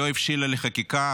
לא הבשילה לחקיקה.